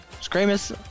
Screamers